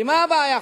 כי מה הבעיה,